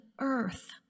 earth